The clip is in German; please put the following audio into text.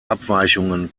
abweichungen